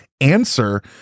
answer